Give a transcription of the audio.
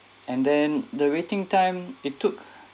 and then the waiting time it took